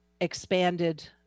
expanded